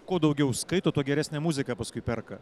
kuo daugiau skaito tuo geresnę muziką paskui perka